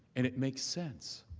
and it makes sense.